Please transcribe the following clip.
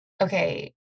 okay